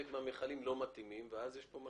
זה ידרוש